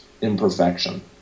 imperfection